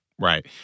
right